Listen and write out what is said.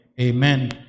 Amen